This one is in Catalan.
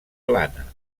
plana